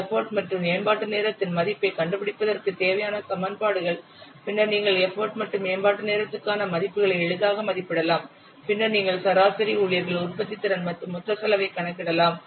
எப்போட் மற்றும் மேம்பாட்டு நேரத்தின் மதிப்பைக் கண்டுபிடிப்பதற்கு தேவையான சமன்பாடுகள் பின்னர் நீங்கள் எப்போட் மற்றும் மேம்பாட்டு நேரத்திற்கான மதிப்புகளை எளிதாக மதிப்பிடலாம் பின்னர் நீங்கள் சராசரி ஊழியர்கள் உற்பத்தித்திறன் மற்றும் மொத்த செலவு போன்றவற்றைக் கணக்கிடலாம்